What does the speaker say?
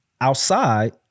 Outside